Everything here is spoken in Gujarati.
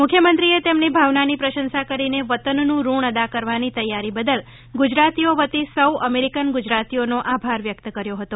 મુખ્યમંત્રીએ તેમની ભાવનાની પ્રશંસા કરીને વતનનું ઋણ અદા કરવાની તૈયારી બદલ ગુજરાતીઓ વતી સૌ અમેરિકન ગુજરાતીઓનો આભાર વ્યક્ત કર્યો હતો